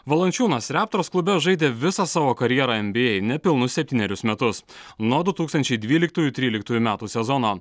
valančiūnas reptors klube žaidė visą savo karjerą en by ei nepilnus septynerius metus nuo du tūkstančiai dvyliktųjų tryliktųjų metų sezono